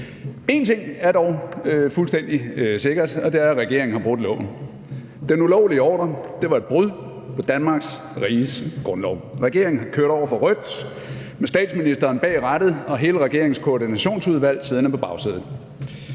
En ting er dog fuldstændig sikkert, og det er, at regeringen har brudt loven. Den ulovlige ordre var et brud på Danmarks Riges Grundlov. Regeringen har kørt over for rødt med statsministeren bag rattet og hele regeringens koordinationsudvalg siddende på bagsædet.